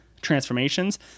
transformations